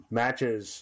matches